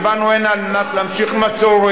שבאנו הנה על מנת להמשיך מסורת,